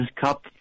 Cup